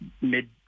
mid